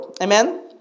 Amen